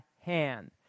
hand